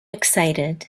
excited